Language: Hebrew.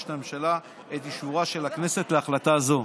מבקשת הממשלה את אישורה של הכנסת להחלטה זו.